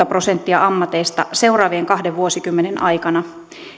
prosenttia ammateista seuraavien kahden vuosikymmenen aikana